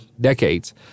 decades